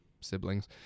siblings